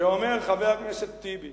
כשאומר חבר הכנסת טיבי